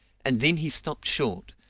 and then he stopped short,